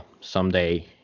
someday